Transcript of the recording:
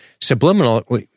subliminal